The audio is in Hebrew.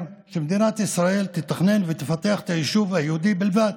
אומר שמדינת ישראל תתכנן ותפתח את היישוב היהודי בלבד,